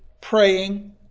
praying